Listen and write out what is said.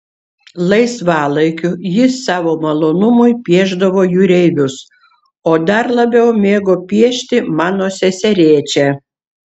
laisvalaikiu jis savo malonumui piešdavo jūreivius o dar labiau mėgo piešti mano seserėčią